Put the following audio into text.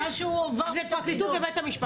זה הפרקליטות ובית המשפט.